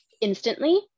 instantly